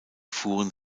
fuhren